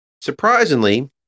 surprisingly